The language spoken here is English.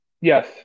Yes